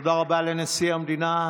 תודה רבה לנשיא המדינה.